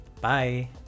Bye